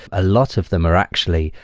a lot of them are actually,